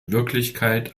wirklichkeit